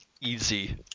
Easy